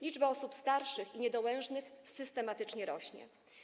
Liczba osób starszych i niedołężnych systematycznie rośnie.